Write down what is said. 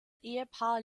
ehepaar